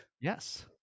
Yes